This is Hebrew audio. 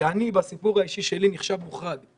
שאני בסיפור האישי שלי נחשב מוחרג.